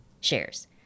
shares